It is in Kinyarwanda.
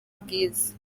bwiza